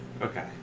Okay